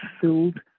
filled